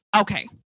Okay